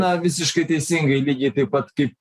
na visiškai teisingai lygiai taip pat kaip